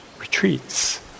retreats